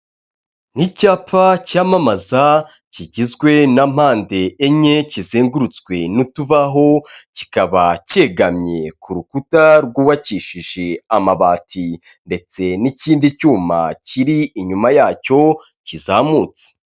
Ni icyapa cyamamaza kigizwe na mpande enye kizengurutswe n'utubaho kikaba cyegamye ku rukuta rwubakishije amabati ndetse n'ikindi cyuma kiri inyuma yacyo kizamutse.